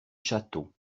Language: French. château